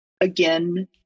Again